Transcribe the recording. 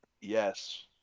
Yes